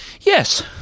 Yes